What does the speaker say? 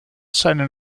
seinen